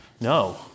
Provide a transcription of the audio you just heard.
No